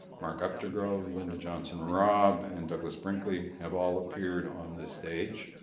mark updegrove, lynda johnson rob and douglas brinkley have all appeared on this stage.